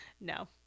no